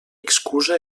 excusa